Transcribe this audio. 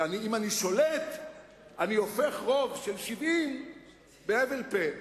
כאילו אם אני שולט אני הופך רוב של 70 בהבל פה.